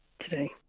today